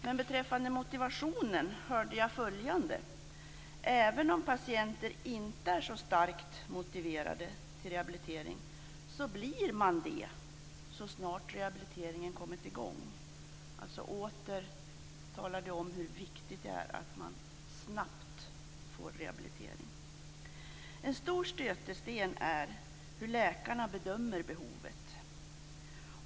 Men beträffande motivationen hörde jag följande: Även om patienter inte är så starkt motiverade till rehabilitering blir de det så snart rehabiliteringen har kommit i gång. Det talar alltså åter om hur viktigt det är att man snabbt får rehabilitering. En stor stötesten är hur läkarna bedömer behovet.